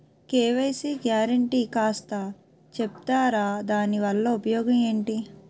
KYC guarantee కాస్త చెప్తారాదాని వల్ల ఉపయోగం ఎంటి?